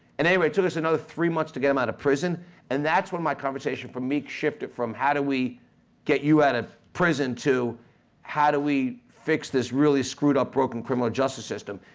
and anyway it took us another three months to get him out of prison and that's where my conversation from meek shifted from how do we get you out of prison to how do we fix this really screwed up, broken criminal justice system.